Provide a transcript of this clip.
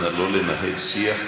נא לא לנהל שיח,